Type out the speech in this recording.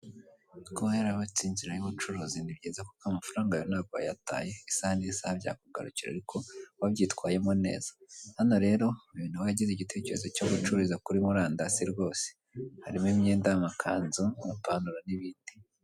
Kuba warayobotse inzira y'ubucuruzi nibyiza kuko amafaranga yawe ntago wayataye isaha n'isaha byakugarukira wabyitwayemo ariko wabyitwayemo neza. Hano rero uyu nawe yagize igitekerezo cyo gucururiza kuri murandasi rwose, harimo imyenda y'amakanzu apantaro n'ibindi.